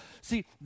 See